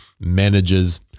managers